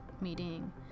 meeting